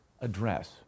address